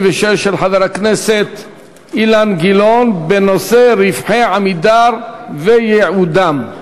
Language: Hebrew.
196 של חבר הכנסת אילן גילאון בנושא: רווחי "עמידר" וייעודם.